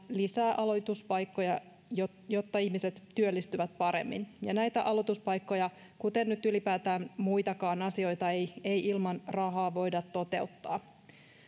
lisää aloituspaikkoja jotta jotta ihmiset työllistyvät paremmin ja näitä aloituspaikkoja kuten nyt ylipäätään muitakaan asioita ei ei ilman rahaa voida toteuttaa